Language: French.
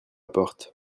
porte